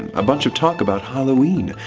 and a bunch of talk about halloween,